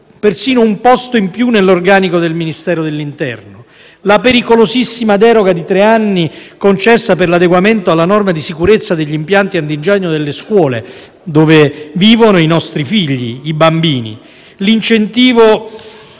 persino un posto in più nell'organico del Ministero dell'interno; la pericolosissima deroga di tre anni concessa per l'adeguamento alla norma di sicurezza degli impianti antincendio nelle scuole, dove vivono i nostri figli, i bambini; l'incentivo